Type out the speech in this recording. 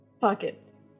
Pockets